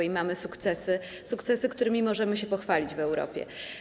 I mamy sukcesy - sukcesy, którymi możemy się pochwalić w Europie.